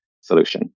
solution